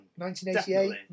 1988